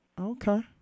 Okay